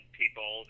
people